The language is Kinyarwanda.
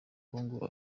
congo